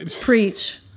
Preach